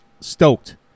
stoked